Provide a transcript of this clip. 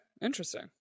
Interesting